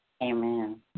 Amen